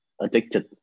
addicted